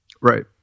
Right